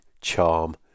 charm